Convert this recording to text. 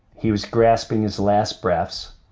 he was grasping his last breaths.